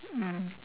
mm